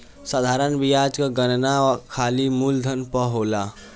साधारण बियाज कअ गणना खाली मूलधन पअ होला